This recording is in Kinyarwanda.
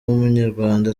w’umunyarwanda